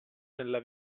nella